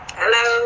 hello